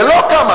זה לא ביטחון,